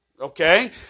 Okay